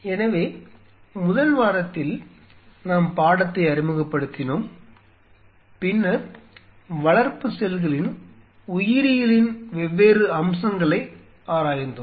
எனவே முதல் வாரத்தில் நாம் பாடத்தை அறிமுகப்படுத்தினோம் பின்னர் வளர்ப்பு செல்களின் உயிரியலின் வெவ்வேறு அம்சங்களை ஆராய்ந்தோம்